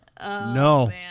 No